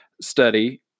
study